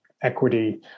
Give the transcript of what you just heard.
equity